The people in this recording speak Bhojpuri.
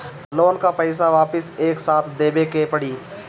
लोन का पईसा वापिस एक साथ देबेके पड़ी?